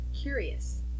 curious